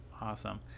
awesome